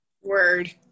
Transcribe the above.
Word